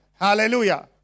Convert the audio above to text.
Hallelujah